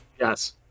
Yes